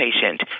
patient